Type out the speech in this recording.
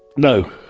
no,